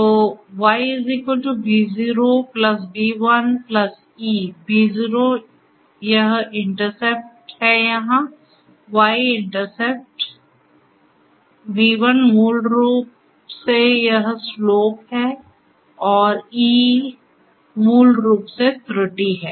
तो Y B0 B1 e B0 यह intercept है यहाँ Y इंटरसेप्ट B 1 मूल रूप से यह स्लोप है और e मूल रूप से त्रुटि है